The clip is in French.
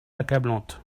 accablante